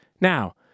Now